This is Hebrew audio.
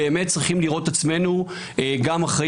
באמת צריכים לראות את עצמנו גם אחרי